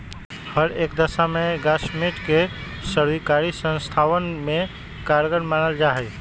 हर एक दशा में ग्रास्मेंट के सर्वकारी संस्थावन में कारगर मानल जाहई